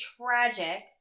tragic